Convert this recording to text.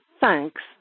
Thanks